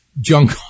junk